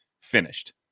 finished